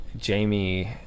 Jamie